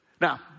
Now